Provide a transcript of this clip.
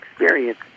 experience